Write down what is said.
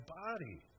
body